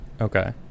Okay